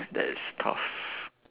that is tough